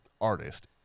artist